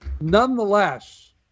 Nonetheless